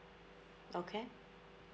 okay